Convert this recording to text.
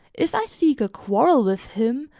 if i seek a quarrel with him,